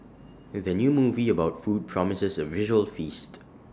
the new movie about food promises A visual feast